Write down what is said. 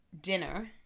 dinner